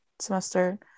semester